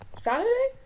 Saturday